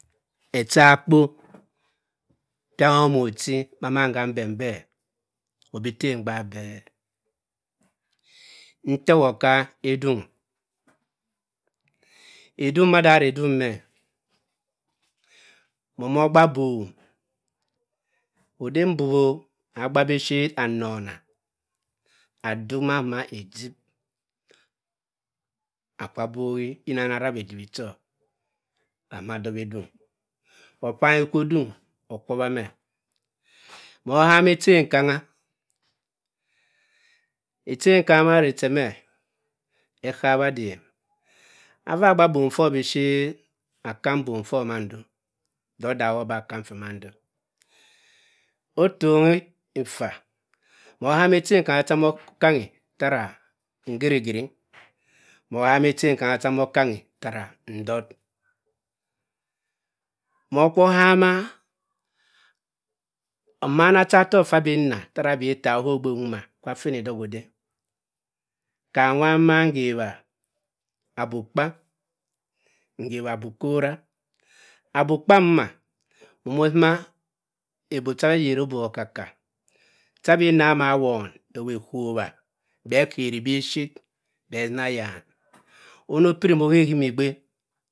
Echa kpo pia moh-mor ochi ma mam ga mbembe obi tte mgbaak bhe, nto ewott ka edung, edung mada arr'e edung me moh omor ogba bohm ode mbob-o agba biphir amona. aduk mama ejib akwa abohi yina ama arab edibi cho asima adoba edung opangi kwa edung okwowa me, mo ohama echen kamga echen kanga ma arr'e che me ekaabi adem ava agba bohm for biphir akang bohm fọr biphir akang bohm fọr mando do odakki-o bi akang ffe mamdo mo ohama echen kamga cha mo okangi ffara ngirigiri, mo ohama echen kamga cha amor okangi ttara ndott, mo okwu ohama omana chatohk ffa abi nna ttara abi itta ko ogbe nguma da ffe oni dohk ode kaam uwa mman ngewa abob kpa ttara obob kora abob kpa mbuma mo mor osima ebob cha abhe ayeri ebob okaka cha abi nna ama awon ewu ekowa bhe kiri biphir bhe asini ayom. ono opiri mo ohimi gbe.